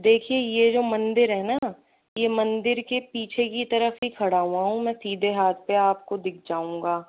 देखिए यह जो मंदिर है न यह मंदिर के पीछे की तरफ ही खड़ा हुआ हूँ मैं सीधे हाथ पर आपको दिख जाऊँगा